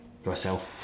yourself